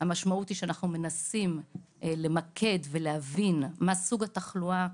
המשמעות היא שאנחנו מנסים למקד ולהבין מה סוג התחלואה,